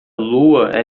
lua